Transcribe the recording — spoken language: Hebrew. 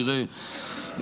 תראה,